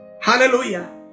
Hallelujah